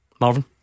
Marvin